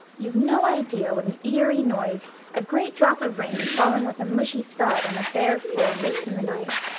you've no idea what an eerie noise a great drop of rain falling with a mushy thud on a bare floor makes in the night.